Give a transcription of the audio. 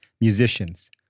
musicians